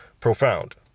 profound